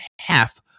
half